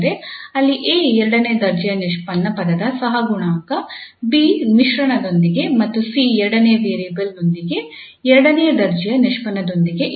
ಅಲ್ಲಿ 𝐴 ಎರಡನೇ ದರ್ಜೆಯ ನಿಷ್ಪನ್ನ ಪದದ ಸಹಗುಣಾಂಕ 𝐵 ಮಿಶ್ರಣದೊಂದಿಗೆ ಮತ್ತು 𝐶 ಎರಡನೇ ವೇರಿಯೇಬಲ್ ನೊಂದಿಗೆ ಎರಡನೇ ದರ್ಜೆಯ ನಿಷ್ಪನ್ನದೊಂದಿಗೆ ಇದೆ